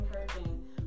encouraging